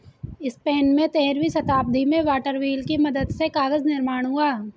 Spain में तेरहवीं शताब्दी में वाटर व्हील की मदद से कागज निर्माण हुआ